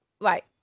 right